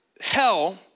hell